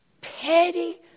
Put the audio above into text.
Petty